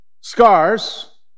scars